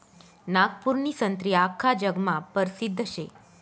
नागपूरनी संत्री आख्खा जगमा परसिद्ध शे